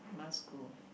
must go